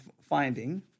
finding